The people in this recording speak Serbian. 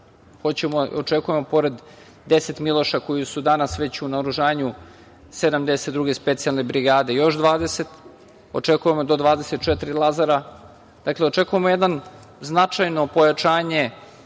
Očekujemo pored deset „Miloša“ koji su danas već u naoružanju 72. specijalne brigade još 20, očekujemo do 24 „Lazara“.Dakle, očekujemo jedno značajno pojačanje